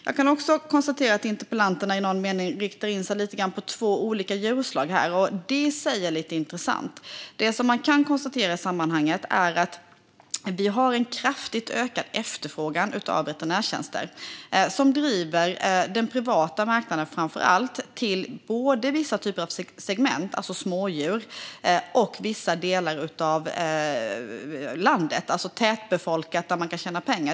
Jag kan också konstatera att de båda ledamöterna i någon mening lite grann riktar in sig på två olika djurslag här. Det är i sig lite intressant. Det som man kan konstatera i sammanhanget är att vi har en kraftigt ökad efterfrågan på veterinärtjänster som driver framför allt den privata marknaden till både vissa typer av segment, alltså smådjur, och vissa delar av landet - alltså tätbefolkade områden där man kan tjäna pengar.